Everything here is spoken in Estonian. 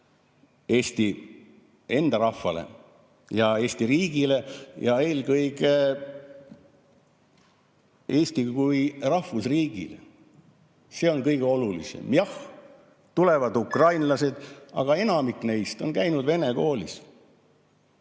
Eesti enda rahvale ja Eesti riigile ja eelkõige Eestile kui rahvusriigile? See on kõige olulisem. Jah, tulevad ukrainlased, aga enamik neist on käinud vene koolis.